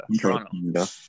Toronto